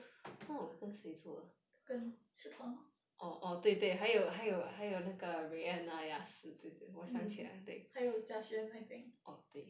跟 zhi teng mm 还有 jia xuan I think